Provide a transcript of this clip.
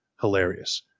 hilarious